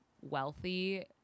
wealthy